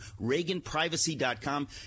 ReaganPrivacy.com